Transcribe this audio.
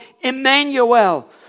Emmanuel